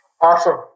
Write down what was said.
Awesome